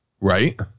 Right